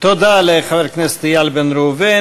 תודה לחבר הכנסת איל בן ראובן.